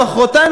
מחרתיים,